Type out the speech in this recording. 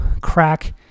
crack